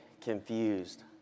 confused